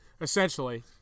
essentially